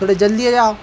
थोड़े जल्दी आ जाओ